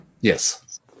yes